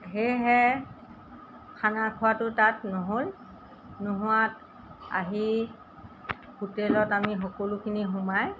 সেয়েহে খানা খোৱাটো তাত নহ'ল নোহোৱাত আহি হোটেলত আমি সকলোখিনি সোমাই